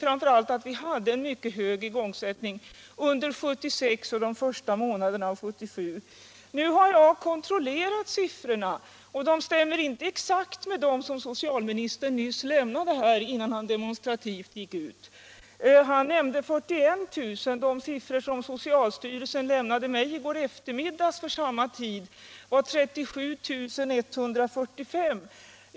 Framför allt var den hög under 1976 och de första månaderna 1977. Nu har jag kontrollerat siffrorna. De stämmer inte exakt med dem som socialministern nämnde innan han demonstrativt gick ut ur kammaren. Han nämnde siffran 41 000. Den siffra som jag fick från socialstyrelsen i går eftermiddag var 37 145.